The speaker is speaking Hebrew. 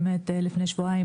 לפני שבועיים